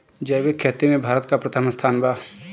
जैविक खेती में भारत का प्रथम स्थान बा